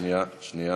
שנייה.